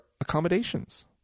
accommodations